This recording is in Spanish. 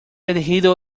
elegido